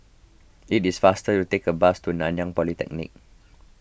it is faster to take a bus to Nanyang Polytechnic